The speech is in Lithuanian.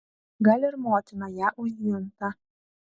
gal ir motina ją užjunta